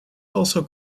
also